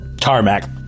tarmac